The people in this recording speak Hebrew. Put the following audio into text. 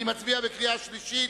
אני מצביע בקריאה שלישית,